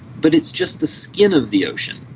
but it's just the skin of the ocean.